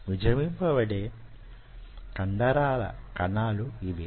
విభజింపబడే కండరాల కణాలు ఇవే